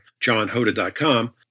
johnhoda.com